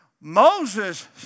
Moses